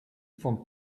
vond